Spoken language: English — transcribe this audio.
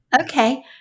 okay